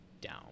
down